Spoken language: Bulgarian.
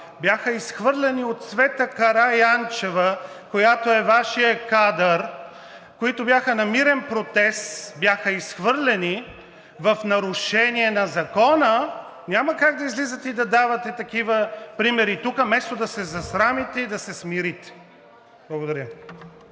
бяха изхвърлени от Цвета Караянчева – Вашия кадър, които бяха на мирен протест, бяха изхвърлени в нарушение на закона, няма как да излизате и да давате такива примери тук, вместо да се засрамите и да се смирите! Благодаря.